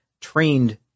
trained